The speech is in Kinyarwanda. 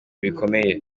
bikomeye